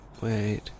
Wait